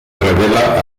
revela